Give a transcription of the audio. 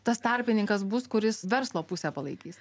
tas tarpininkas bus kuris verslo pusę palaikys